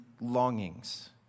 longings